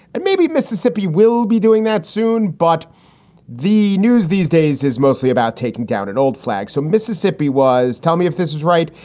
and maybe mississippi will be doing that soon. but the news these days is mostly about taking down an old flag. so mississippi was tell me if this is right,